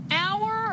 hour